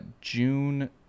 June